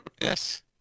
yes